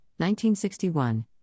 1961